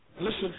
Listen